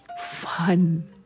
fun